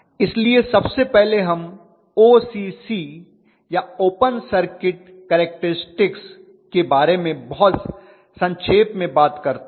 इसलिए सबसे पहले हम ओसीसी या ओपन सर्किट केरक्टरिस्टिक्स के बारे में बहुत संक्षेप में बात करते हैं